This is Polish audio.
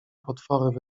potwory